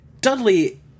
Dudley